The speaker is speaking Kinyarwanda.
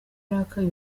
arakaye